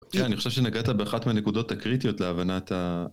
כן, אני חושב שנגעת באחת מהנקודות הקריטיות להבנת ה...